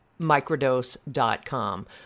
microdose.com